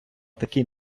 такий